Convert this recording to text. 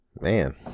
Man